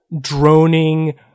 droning